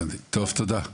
הבנתי, תודה.